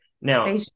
Now